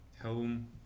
home